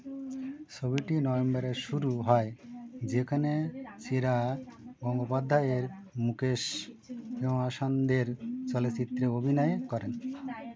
ছবিটি নভেম্বরে শুরু হয় যেখানে চিরা গঙ্গোপাধ্যায়ের মুকেশ হেমাসন্দের চলচ্চিত্রে অভিনয় করেন